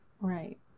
Right